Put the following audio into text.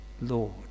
Lord